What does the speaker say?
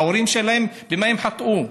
ההורים שלהם, במה חטאו?